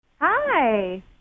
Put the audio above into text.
Hi